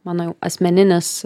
mano jau asmeninis